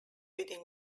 within